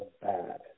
bad